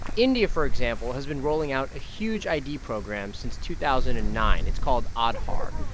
india, for example, has been rolling out a huge id program since two thousand and nine. it's called aadhaar.